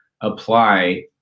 apply